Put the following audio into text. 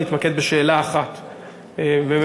להתמקד בשאלה אחת ממוקדת,